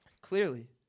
Clearly